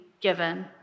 given